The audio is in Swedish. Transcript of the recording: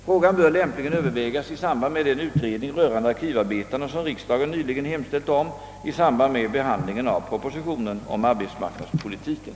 Frågan bör lämpligen övervägas i samband med den utredning rörande arkivarbetarna som riksdagen nyligen hemställt om i samband med behandlingen av propositionen om arbetsmarknadspolitiken.